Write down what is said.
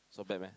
so bad meh